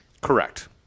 Correct